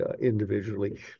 individually